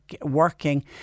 working